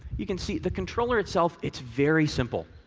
you can see the controller itself, it's very simple.